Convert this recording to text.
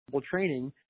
training